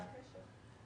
מה הקשר?